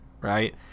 Right